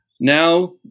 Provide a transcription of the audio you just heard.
Now